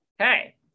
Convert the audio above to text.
Okay